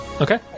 Okay